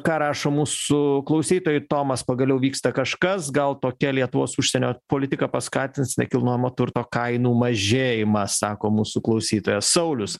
ką rašo mūsų klausytojai tomas pagaliau vyksta kažkas gal tokia lietuvos užsienio politika paskatins nekilnojamo turto kainų mažėjimą sako mūsų klausytojas saulius